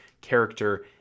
character